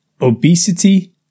obesity